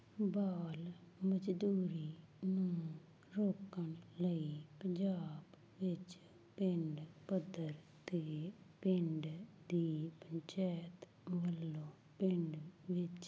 ਬਾਲ ਮਜ਼ਦੂਰੀ ਨੂੰ ਰੋਕਣ ਲਈ ਪੰਜਾਬ ਵਿੱਚ ਪਿੰਡ ਪੱਧਰ 'ਤੇ ਪਿੰਡ ਦੀ ਪੰਚਾਇਤ ਵੱਲੋਂ ਪਿੰਡ ਵਿੱਚ